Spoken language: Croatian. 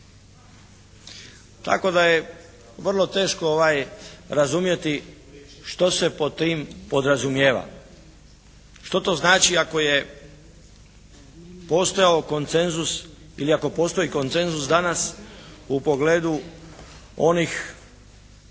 Tako da je vrlo teško razumjeti što se pod tim podrazumijeva, što to znači ako je postojao konsenzus ili ako postoji konsenzus danas u pogledu onih pitanja